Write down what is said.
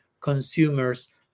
consumers